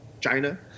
China